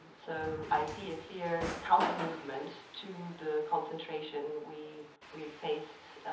so i see a clear counter-movement to the concentration we we faced